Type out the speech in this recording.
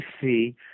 see